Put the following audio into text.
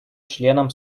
членам